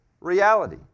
reality